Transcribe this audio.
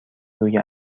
روی